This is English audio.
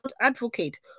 advocate